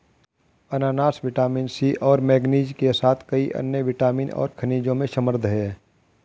अनन्नास vitamin C और manganese के साथ कई अन्य विटामिन और खनिजों में समृद्ध हैं